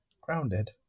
grounded